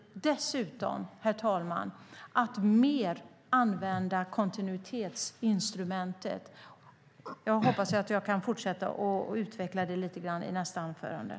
Dessutom, herr talman, behöver man använda kontinuitetsinstrumentet mer. Jag hoppas att jag kan utveckla detta lite mer i nästa replik.